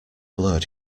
blurred